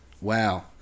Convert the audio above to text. Wow